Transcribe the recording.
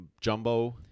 jumbo